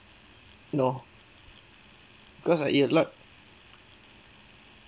no because I eat a lot